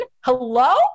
hello